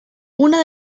una